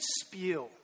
spew